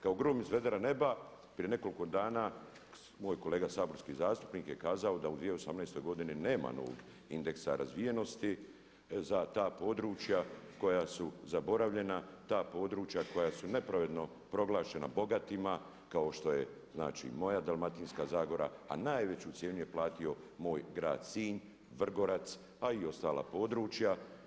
Kao grom iz vedra neba prije nekoliko dana moj kolega saborski zastupnik je kazao da u 2018. godini nema novog indeksa razvijenosti za ta područja koja su zaboravljena, ta područja koja su nepravedno proglašena bogatima kao što je znači moja Dalmatinska zagora a najveću cijenu je platio moj grad Sinj, Vrgorac, pa i ostala područja.